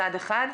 מצד אחד.